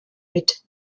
mit